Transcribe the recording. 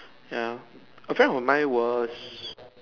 ya a friend of mine was